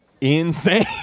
insane